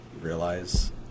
realize